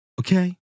okay